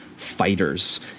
fighters